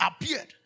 appeared